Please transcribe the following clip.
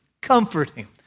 comforting